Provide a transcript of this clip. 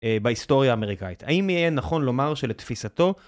בהיסטוריה האמריקאית. האם יהיה נכון לומר שלתפיסתו...